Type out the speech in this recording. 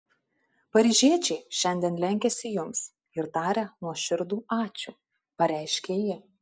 paryžiečiai šiandien lenkiasi jums ir taria nuoširdų ačiū pareiškė ji